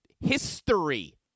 history